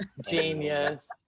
Genius